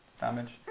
damage